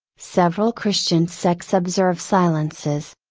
several christian sects observe silences.